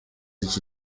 iki